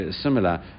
similar